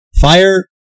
Fire